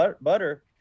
butter